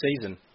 season